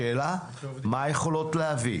השאלה, מה היכולות להביא.